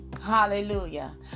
Hallelujah